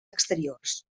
exteriors